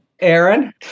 Aaron